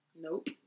Nope